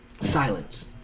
Silence